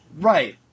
right